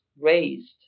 raised